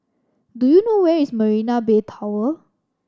do you know where is Marina Bay Tower